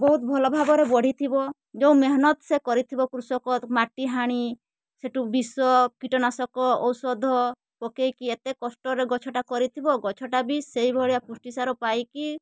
ବହୁତ ଭଲଭାବରେ ବଢ଼ିଥିବ ଯେଉଁ ମେହେନତ ସେ କରିଥିବ କୃଷକ ମାଟିହାଣି ସେଇଟୁ ବିଷ କୀଟନାଶକ ଔଷଧ ପକାଇକି ଏତେ କଷ୍ଟରେ ଗଛଟା କରିଥିବ ଗଛଟା ବି ସେଇଭଳିଆ ପୁଷ୍ଟିସାର ପାଇକି